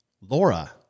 Laura